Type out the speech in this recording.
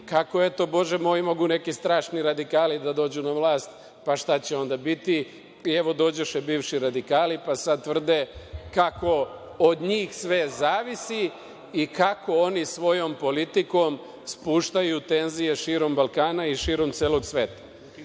kako eto, bože moj mogu neki strašni radikali da dođu na vlast, pa šta će onda biti. I, evo, dođoše bivši radikali, pa sad tvrde kako od njih sve zavisi, i kako oni svojom politikom spuštaju tenzije širom Balkana i širom celog